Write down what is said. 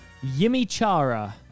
Yimichara